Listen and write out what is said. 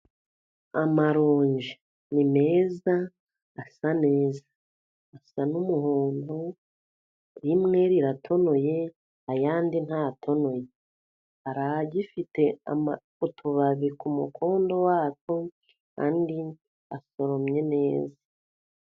Amaronji ni meza asa neza, asa n'umuhondo, rimwe riratonoye, ayandi ntatonoye. Hari agifite utubabi ku mukondo watwo, andi asoromye neza.